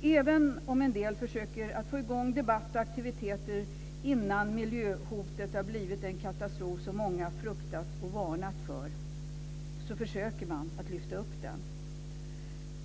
Det finns en del som försöker att få i gång debatt och aktiviteter innan miljöhotet blivit den katastrof som många fruktat och varnat för. Man försöker lyfta fram det här.